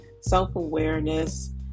self-awareness